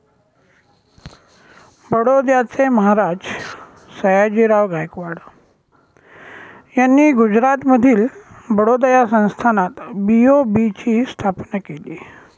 बडोद्याचे महाराज सयाजीराव गायकवाड यांनी गुजरातमधील बडोदा या संस्थानात बी.ओ.बी ची स्थापना केली